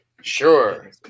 Sure